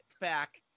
back